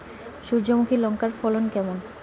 সূর্যমুখী লঙ্কার ফলন কেমন?